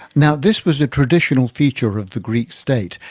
now this was a traditional feature of the greek state,